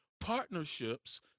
partnerships